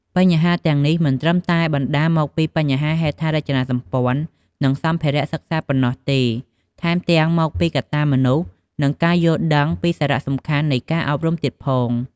បញ្ហាទាំងនេះមិនត្រឹមតែបណ្ដាលមកពីបញ្ហាហេដ្ឋារចនាសម្ព័ន្ធ និងសម្ភារៈសិក្សាប៉ុណ្ណោះទេ ថែមទាំងមកពីកត្តាមនុស្ស និងការយល់ដឹងពីសារៈសំខាន់នៃការអប់រំទៀតផង។